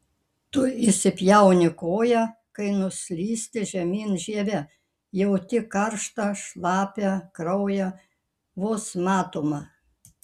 tu įsipjauni koją kai nuslysti žemyn žieve jauti karštą šlapią kraują vos matomą